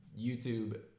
youtube